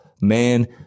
Man